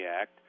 Act